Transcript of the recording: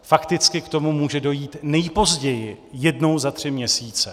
Fakticky k tomu může dojít nejpozději jednou za tři měsíce.